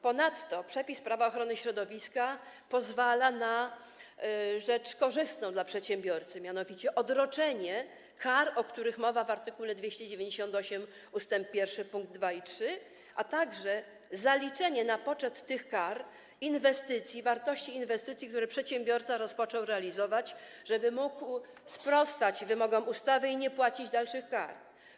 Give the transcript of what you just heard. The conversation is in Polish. Ponadto przepis Prawa ochrony środowiska pozwala na rzecz korzystną dla przedsiębiorcy, mianowicie odroczenie kar, o których mowa w art. 298 ust. 1 pkt 2 i 3, a także zaliczenie na poczet tych kar inwestycji, wartości inwestycji, które przedsiębiorca zaczął realizować, żeby mógł sprostać wymogom ustawy i nie płacić dalszych kar.